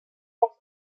las